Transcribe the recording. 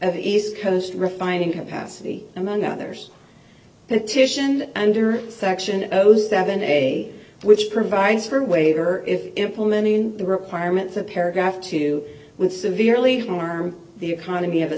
of east coast refining capacity among others petitioned under section seven a which provides for waiver if implemented in the requirements of paragraph two with severely harm the economy of a